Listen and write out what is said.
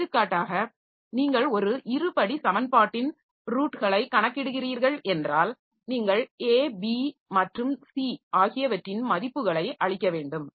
எடுத்துக்காட்டாக நீங்கள் ஒரு இருபடி சமன்பாட்டின் ரூட்களைக் கணக்கிடுகிறீர்கள் என்றால் நீங்கள் a b மற்றும் c ஆகியவற்றின் மதிப்புகளை அளிக்க வேண்டும்